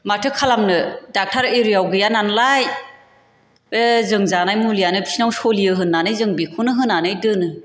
माथो खालामनो डाक्टार एरियाव गैया नालाय बे जों जानाय मुलियानो फिसिनाव सलियो होन्नानै जों बेखौनो होनानै दोनो